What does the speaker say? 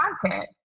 content